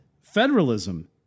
federalism